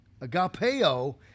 Agapeo